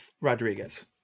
Rodriguez